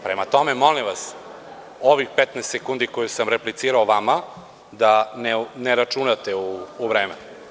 Prema tome, molim vas, ovih 15 sekundi koje sam replicirao vama da ne računate u vreme.